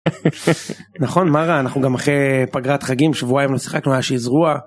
נכון מרה אנחנו גם אחרי פגרת חגים שבועיים לא שיחקנו היה שזרוע.